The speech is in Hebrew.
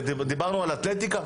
דיברנו על אתלטיקה,